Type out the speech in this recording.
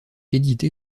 éditer